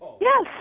Yes